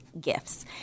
gifts